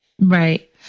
Right